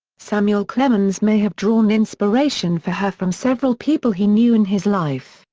samuel clemens may have drawn inspiration for her from several people he knew in his life.